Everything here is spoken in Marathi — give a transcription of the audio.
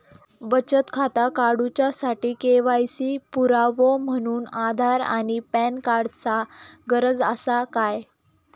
बचत खाता काडुच्या साठी के.वाय.सी पुरावो म्हणून आधार आणि पॅन कार्ड चा गरज आसा काय?